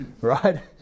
right